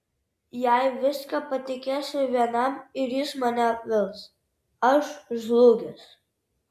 jei viską patikėsiu vienam ir jis mane apvils aš žlugęs